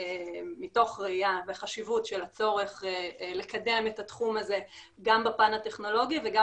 מתוך ראיה וחשיבות של הצורך לקדם את התחום הזה גם בפן הטכנולוגי וגם